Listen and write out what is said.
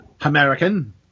American